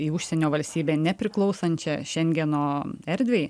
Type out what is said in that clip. į užsienio valstybę nepriklausančią šengeno erdvei